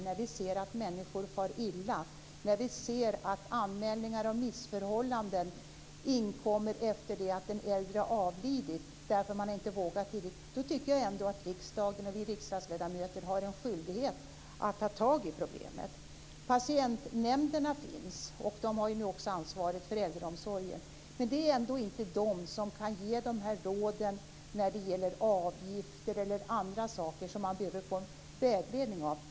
När vi ser att människor far illa och att anmälningar om missförhållanden inkommer efter det att den äldre avlidit för att man inte vågat tidigare, då tycker jag ändå att riksdagen och vi riksdagsledamöter har en skyldighet att ta tag i problemet. Patientnämnderna finns, och de har nu också ansvaret för äldreomsorgen. Men det är ändå inte de som kan ge råd när det gäller avgifter eller andra saker som man behöver få vägledning om.